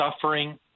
suffering